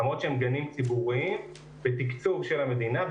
למרות שהם גנים ציבוריים בתקצוב של המדינה,